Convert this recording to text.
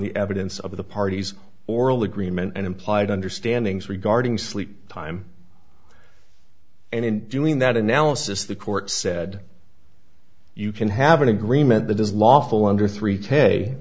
the evidence of the parties oral agreement and implied understanding's regarding sleep time and in doing that analysis the court said you can have an agreement that is lawful under three t